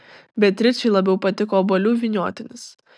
beatričei labiau patiko obuolių vyniotinis